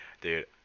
dude